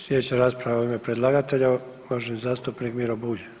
Sljedeća rasprava u ime predlagatelja uvaženi zastupnik Miro Bulj.